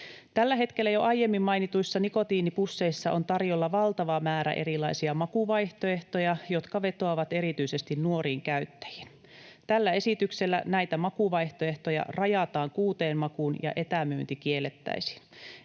Tällä hetkellä jo aiemmin mainituissa nikotiinipusseissa on tarjolla valtava määrä erilaisia makuvaihtoehtoja, jotka vetoavat erityisesti nuoriin käyttäjiin. Tällä esityksellä näitä makuvaihtoehtoja rajataan kuuteen makuun ja etämyynti kiellettäisiin.